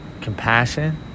compassion